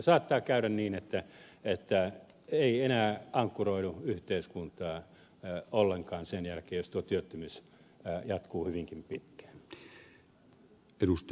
saattaa käydä niin että hän ei enää ankkuroidu yhteiskuntaan ollenkaan sen jälkeen jos tuo työttömyys jatkuu hyvinkin pitkään